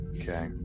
Okay